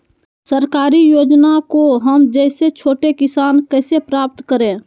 सरकारी योजना को हम जैसे छोटे किसान कैसे प्राप्त करें?